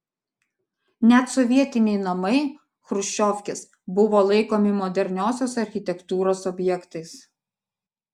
net sovietiniai namai chruščiovkės buvo laikomi moderniosios architektūros objektais